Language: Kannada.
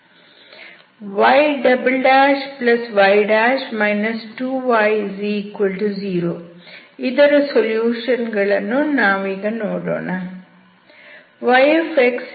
yy 2y0 ಇದರ ಸೊಲ್ಯೂಷನ್ ಗಳನ್ನು ನಾವೀಗ ನೋಡೋಣ